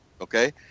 Okay